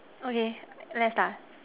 okay let start